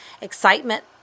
excitement